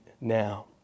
now